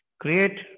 Create